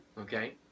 Okay